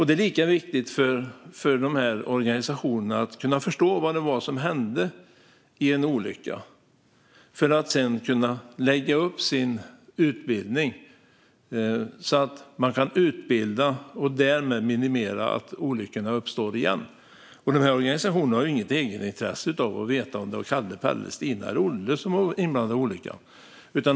Det är lika viktigt för dessa organisationer att förstå vad som hände i en olycka för att sedan kunna lägga upp sin utbildning så att de kan utbilda och därmed minimera risken att nya olyckor uppstår. Dessa organisationer har ju inget egenintresse av att veta om det var Kalle, Pelle, Stina eller Olle som var inblandade i olyckan.